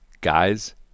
guys